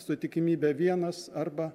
su tikimybe vienas arba